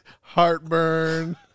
heartburn